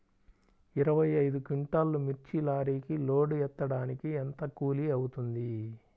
ఇరవై ఐదు క్వింటాల్లు మిర్చి లారీకి లోడ్ ఎత్తడానికి ఎంత కూలి అవుతుంది?